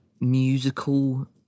musical